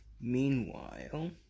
Meanwhile